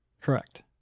Correct